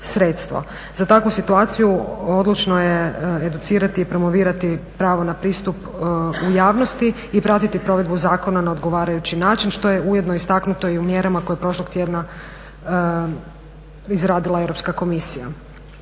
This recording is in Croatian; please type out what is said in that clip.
Za takvu situaciju odlučno je educirati i promovirati pravo na pristup u javnosti i pratiti provedbu zakona na odgovarajući način, što je ujedno istaknuto i u mjerama koje je prošlog tjedna izradila Europska komisija.